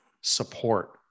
support